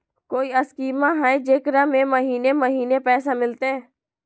कोइ स्कीमा हय, जेकरा में महीने महीने पैसा मिलते?